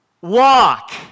walk